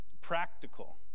practical